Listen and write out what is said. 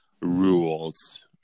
rules